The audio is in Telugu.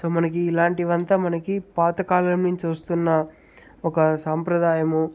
సో మనకి ఇలాంటివంతా మనకి పాతకాలం నుంచి వస్తున్న ఒక సాంప్రదాయము